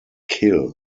kill